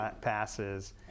passes